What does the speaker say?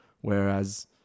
Whereas